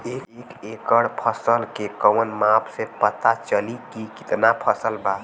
एक एकड़ फसल के कवन माप से पता चली की कितना फल बा?